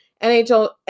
NHL